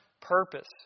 purpose